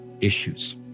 issues